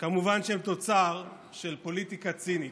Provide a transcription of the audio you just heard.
כמובן הם תוצר של פוליטיקה צינית.